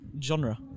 genre